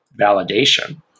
validation